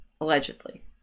allegedly